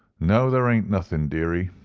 no, there ain't nothing, dearie.